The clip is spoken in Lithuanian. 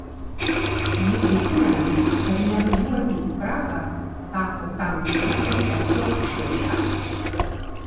ji prisimena kad nevažiuoti į prahą tapo tam tikra protesto išraiška